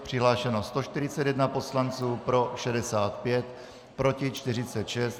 Přihlášeno 141 poslanců, pro 65, proti 46.